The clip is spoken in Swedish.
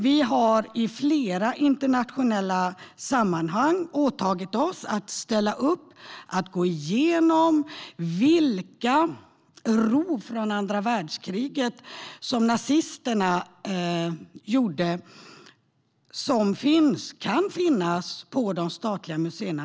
Vi har i flera internationella sammanhang åtagit oss att ställa upp och gå igenom vilka rov gjorda av nazisterna under andra världskriget som kan finnas på de statliga museerna.